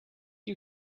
you